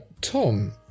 Tom